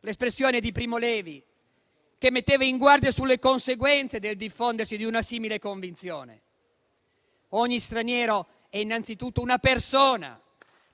L'espressione è di Primo Levi, che metteva in guardia sulle conseguenze del diffondersi di una simile convinzione. Ogni straniero è innanzitutto una persona